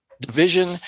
division